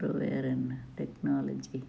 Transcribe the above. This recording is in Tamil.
அப்றம் வேறு என்ன டெக்னாலஜி